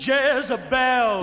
Jezebel